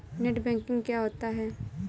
Net banking क्या होता है?